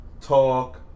talk